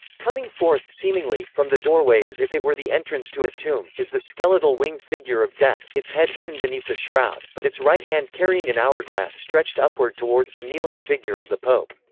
coming forth, seemingly, from the doorway as if it were the entrance to a tomb, is the skeletal winged figure of death, its head hidden beneath the shroud, but its right hand carrying an hourglass stretched upward towards the kneeling figure of the pope.